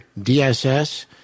DSS